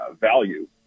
value